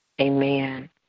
Amen